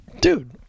Dude